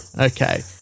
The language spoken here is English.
Okay